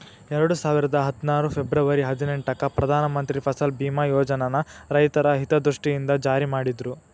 ಎರಡುಸಾವಿರದ ಹದ್ನಾರು ಫೆಬರ್ವರಿ ಹದಿನೆಂಟಕ್ಕ ಪ್ರಧಾನ ಮಂತ್ರಿ ಫಸಲ್ ಬಿಮಾ ಯೋಜನನ ರೈತರ ಹಿತದೃಷ್ಟಿಯಿಂದ ಜಾರಿ ಮಾಡಿದ್ರು